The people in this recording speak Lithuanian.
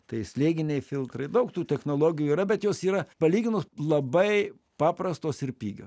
tai slėginiai filtrai daug tų technologijų yra bet jos yra palyginus labai paprastos ir pigios